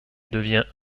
devient